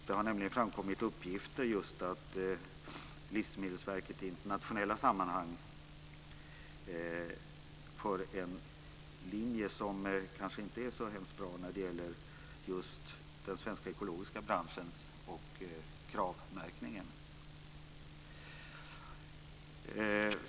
Det har nämligen framkommit uppgifter om att Livsmedelsverket i internationella sammanhang driver en linje som kanske inte är så bra för den svenska ekologiska branschen och för Kravmärkningen.